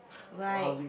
like